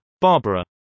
Barbara